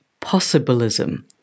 possibilism